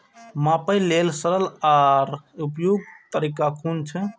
मापे लेल सरल आर उपयुक्त तरीका कुन छै?